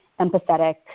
empathetic